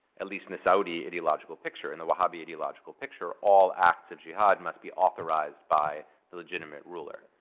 at least in the saudi ideological picture, in the wahhabi ideological picture, all acts of jihad must be authorized by the legitimate ruler.